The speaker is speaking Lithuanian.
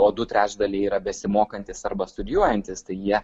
o du trečdalai yra besimokantys arba studijuojantys tai jie